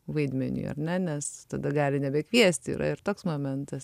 vaidmeniui ar ne nes tada gali nebekviesti yra ir toks momentas